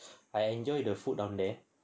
I enjoy the food down there